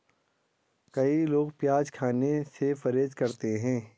कई लोग प्याज खाने से परहेज करते है